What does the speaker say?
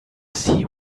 see